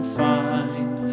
find